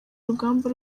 urugamba